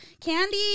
Candy